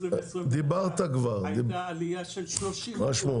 ב-2020 הייתה עליה --- דיברת כבר.